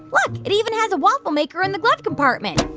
look it even has a waffle-maker in the glove compartment.